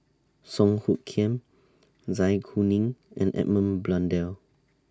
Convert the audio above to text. Song Hoot Kiam Zai Kuning and Edmund Blundell